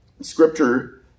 Scripture